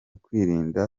kwirinda